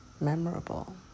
memorable